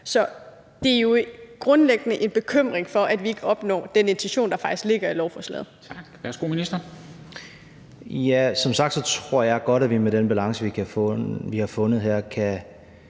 Så det er jo grundlæggende en bekymring for, at vi ikke opnår den intention, der faktisk ligger i lovforslaget.